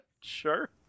Sure